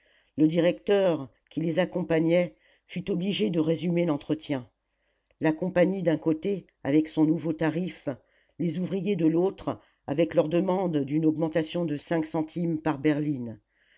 le directeur qui les accompagnait fut obligé de résumer l'entretien la compagnie d'un côté avec son nouveau tarif les ouvriers de l'autre avec leur demande d'une augmentation de cinq centimes par berline